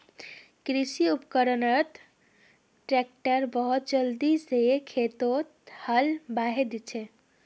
कृषि उपकरणत ट्रैक्टर बहुत जल्दी स खेतत हाल बहें दिछेक